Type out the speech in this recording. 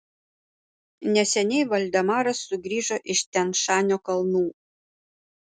neseniai valdemaras sugrįžo iš tian šanio kalnų